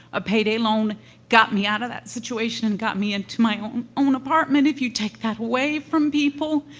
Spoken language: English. a payday loan got me out of that situation and got me into my own own apartment. if you take that away from people,